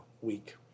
week